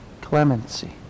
Clemency